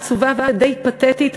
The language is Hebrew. עצובה ודי פתטית,